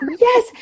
Yes